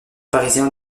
parisien